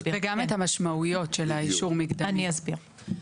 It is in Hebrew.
אני אסביר.